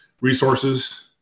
resources